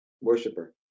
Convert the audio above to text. worshiper